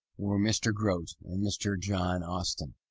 were mr. grote and mr. john austin.